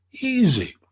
Easy